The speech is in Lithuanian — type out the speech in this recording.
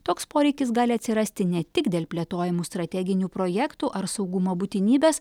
toks poreikis gali atsirasti ne tik dėl plėtojamų strateginių projektų ar saugumo būtinybės